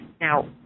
Now